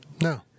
No